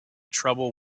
trouble